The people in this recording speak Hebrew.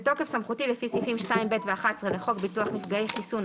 "בתוקף סמכותי לפי סעיפים 2(ב) ו-11 לחוק ביטוח נפגעי חיסון,